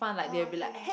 oh okay okay